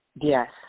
Yes